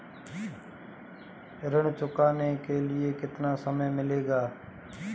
ऋण चुकाने के लिए कितना समय मिलेगा?